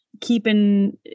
keeping